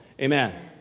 Amen